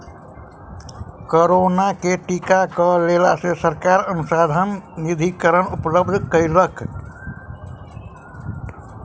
corona के टीका क लेल सरकार अनुसन्धान निधिकरण उपलब्ध कयलक